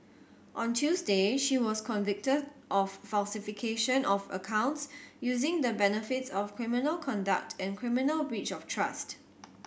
on Tuesday she was convicted of falsification of accounts using the benefits of criminal conduct and criminal breach of trust